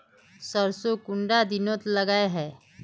सरसों कुंडा दिनोत उगैहे?